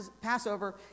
Passover